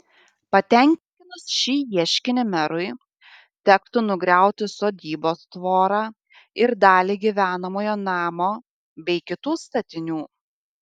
patenkinus šį ieškinį merui tektų nugriauti sodybos tvorą ir dalį gyvenamojo namo bei kitų statinių